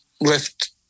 left